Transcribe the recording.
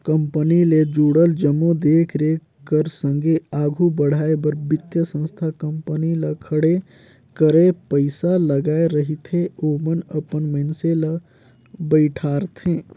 company ले जुड़ल जम्मो देख रेख कर संघे आघु बढ़ाए बर बित्तीय संस्था कंपनी ल खड़े करे पइसा लगाए रहिथे ओमन अपन मइनसे ल बइठारथे